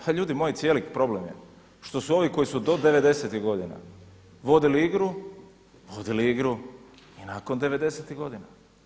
Ha ljudi moji, cijeli problem je što su ovi koji su do devedesetih godina vodili igru, vodili igru i nakon devedesetih godina.